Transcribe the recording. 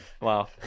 Wow